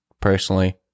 personally